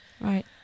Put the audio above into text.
Right